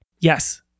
yes